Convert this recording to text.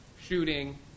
shooting